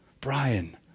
Brian